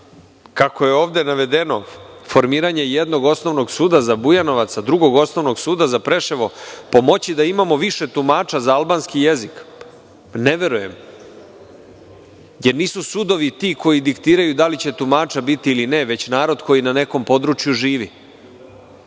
kako je ovde navedeno, formiranje jednog osnovnog suda za Bujanovac, drugog osnovnog suda za Preševo pomoći da imamo više tumača za albanski jezik? Ne verujem, jer nisu sudovi ti koji diktiraju da li će tumača biti ili ne, već narod koji na nekom području